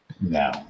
No